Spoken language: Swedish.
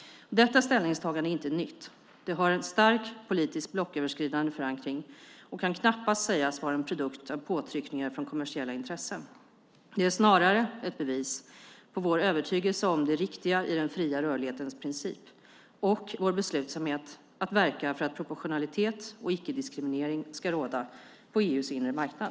Detta ställningstagande är inte nytt, det har en stark politisk blocköverskridande förankring och kan knappast sägas vara en produkt av påtryckningar från kommersiella intressen. Det är snarare ett bevis på vår övertygelse om det riktiga i den fria rörlighetens princip och vår beslutsamhet att verka för att proportionalitet och icke-diskriminering ska råda på EU:s inre marknad.